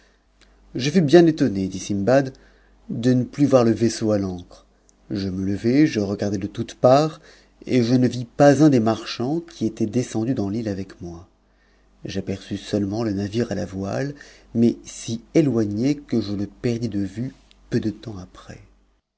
je fus bien étonné dit sindbad de ne plus voir le vaisseau à t'ancre je me levai je regardai de toutes parts et je ne vis pas un des marchands qui étaient descendus dans file avec moi j'aperçus seulement le navire à la voile mais si éloigne que je le perdis de vue peu de temps après